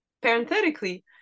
Parenthetically